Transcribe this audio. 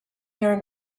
there